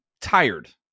tired